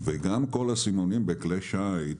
וגם כל הסימונים בכלי שיט,